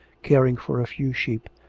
caring for a few sheep,